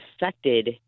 affected